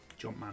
Jumpman